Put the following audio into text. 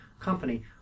company